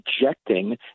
rejecting